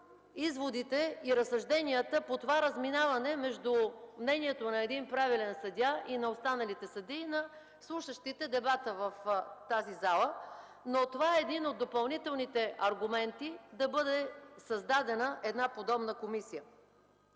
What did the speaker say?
изводите и разсъжденията по това разминаване между мнението на един правилен съдия и на останалите съдии на слушащите дебата в тази зала, но това е един от допълнителните аргументи да бъде създадена подобна комисия.